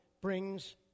brings